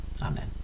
Amen